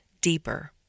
deeper